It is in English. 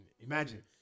Imagine